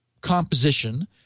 composition